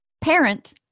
parent